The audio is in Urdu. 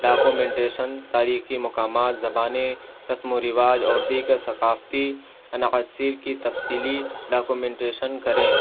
ڈاکیومنٹیشن تاریخی مقامات زبانیں رسم و رواج اور دیگر ثقافتی عناصر کی تفصیلی ڈاکیومنٹیشن کریں